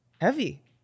heavy